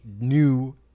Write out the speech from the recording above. new